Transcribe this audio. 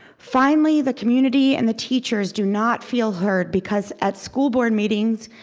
finally, the community and the teachers do not feel heard, because at school board meetings,